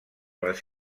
les